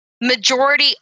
majority